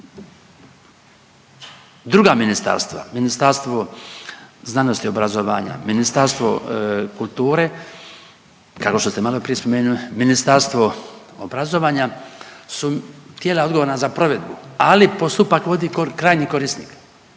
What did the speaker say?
Druga ministarstva, Ministarstvo znanosti i obrazovanja, Ministarstvo kulture, kao što ste maloprije spomenuli, Ministarstvo obrazovanja su tijela odgovorna za provedbu, ali postupak vodi krajnji korisnik,